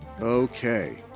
Okay